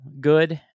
good